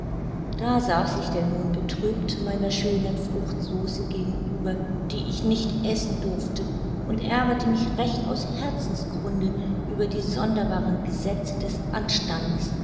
da saß ich denn nun betrübt meiner schönen fruchtsauce gegenüber die ich nicht essen durfte und ärgerte mich recht aus herzensgrunde über die sonderbaren gesetze des anstandes